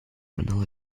vanilla